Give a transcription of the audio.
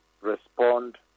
respond